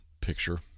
picture